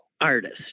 artist